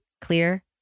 clear